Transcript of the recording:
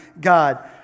God